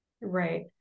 Right